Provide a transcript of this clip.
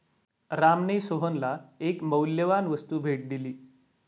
रामने सोहनला एक मौल्यवान वस्तू भेट दिली